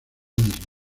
disminuido